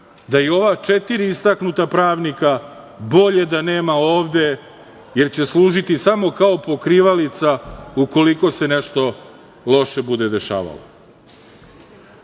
da i ova četiri istaknuta pravnika bolje da nema ovde, jer će služiti samo kao pokrivalica ukoliko se nešto loše bude dešavalo. Mislim